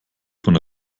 von